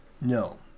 No